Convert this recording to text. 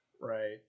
right